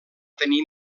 tenir